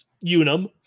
unum